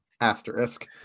Asterisk